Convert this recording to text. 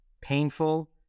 painful